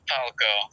Falco